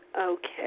Okay